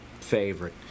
favorite